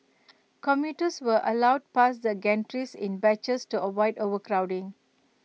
commuters were allowed past the gantries in batches to avoid overcrowding